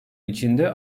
içinde